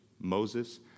Moses